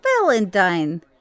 Valentine